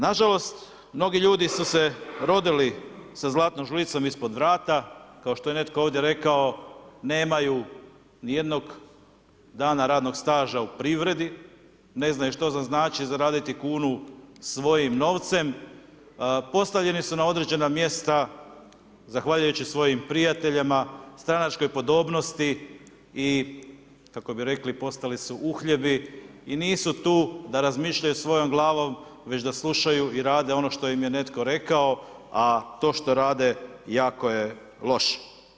Nažalost, mnogi ljudi su se rodili sa zlatnom žlicom ispod vrata, kao što je netko ovdje rekao, nemaju nijednog dana radnog staža u privredi, ne znaju što znači zaraditi kunu svojim novcem, postavljeni su na određena mjesta zahvaljujući svojim prijateljima, stranačkoj podobnosti i kako bi rekli, postali bi uhljebi i nisu tu da razmišljaju tu da razmišljaju svojom glavu, već da slušaju i rade ono što im je netko rekao, a to što rade, jako je loše.